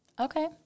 Okay